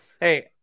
Hey